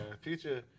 Future